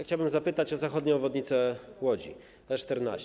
Chciałbym zapytać o zachodnią obwodnicę Łodzi - S14.